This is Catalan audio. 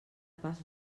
pas